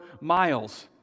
miles